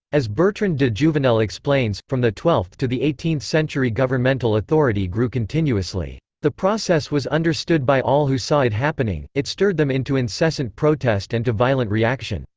as bertrand de jouvenel explains from the twelfth to the eighteenth century governmental authority grew continuously. the process was understood by all who saw it happening it stirred them into incessant protest and to violent reaction.